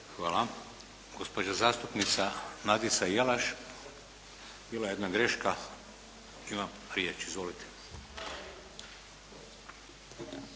Hvala. Gospođa zastupnica Nadica Jelaš. Bila je jedna greška. Ima riječ. Izvolite.